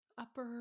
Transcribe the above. Upper